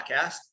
podcast